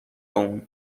اون